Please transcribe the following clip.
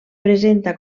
presenta